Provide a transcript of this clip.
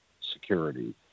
security